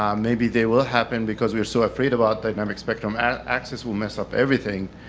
um maybe they will happen because we are so afraid about dynamic spectrum access will mess up everything.